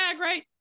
right